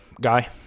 guy